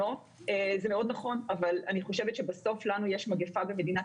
זה מאוד נכון אבל אני חושבת שבסוף לנו יש מגפה במדינת